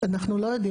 אנחנו לא יודעים.